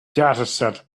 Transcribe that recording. dataset